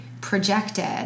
projected